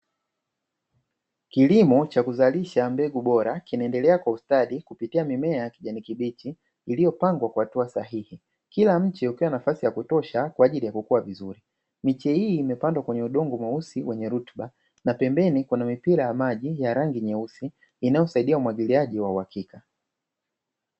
Kilimo chakuzalisha mbegu bora kinaendelea kwa ustadi kupitia mimea kijani kibichi, iliyopandwa kwa hatua sahihi kila mche hupewa nafasii yakutosha kwaajili yakukua vizuri. Miche hii imepandwa kwenye udongo mweusi wenye rutuba na pembeni kuna mipira ya maji ya rangi nyeusi inayosaidia umwagiliaji wa uhakika.